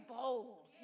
bold